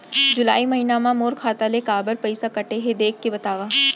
जुलाई महीना मा मोर खाता ले काबर पइसा कटे हे, देख के बतावव?